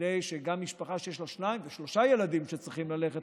כדי שגם משפחה שיש לה שניים או שלושה ילדים שצריכים ללכת